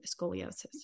scoliosis